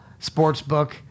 Sportsbook